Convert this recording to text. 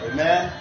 Amen